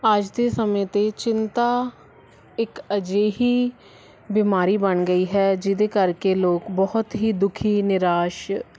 ਅੱਜ ਦੇ ਸਮੇਂ 'ਤੇ ਚਿੰਤਾ ਇੱਕ ਅਜਿਹੀ ਬਿਮਾਰੀ ਬਣ ਗਈ ਹੈ ਜਿਹਦੇ ਕਰਕੇ ਲੋਕ ਬਹੁਤ ਹੀ ਦੁਖੀ ਨਿਰਾਸ਼